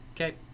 okay